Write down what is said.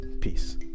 peace